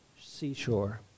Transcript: seashore